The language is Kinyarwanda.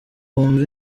wumve